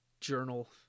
journal